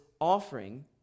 offering